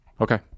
okay